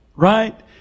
Right